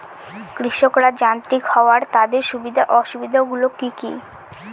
কৃষকরা যান্ত্রিক হওয়ার তাদের সুবিধা ও অসুবিধা গুলি কি কি?